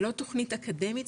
זה לא תוכנית אקדמית,